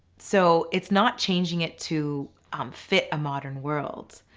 so it's not changing it to um fit a modern world.